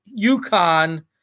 UConn